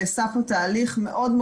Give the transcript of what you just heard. נעשה פה תהליך רציני מאוד,